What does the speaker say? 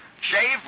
shave